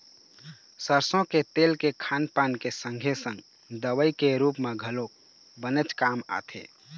सरसो के तेल के खान पान के संगे संग दवई के रुप म घलोक बनेच काम आथे